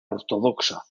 ortodoxa